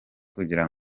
kugira